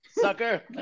sucker